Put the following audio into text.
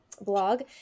blog